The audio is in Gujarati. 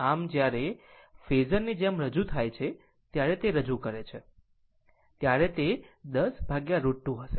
આમ જ્યારે ફેઝર ની જેમ રજૂ થાય છે ત્યારે તે રજૂ કરે છે ત્યારે તે 10 √ 2 હશે